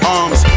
arms